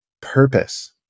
purpose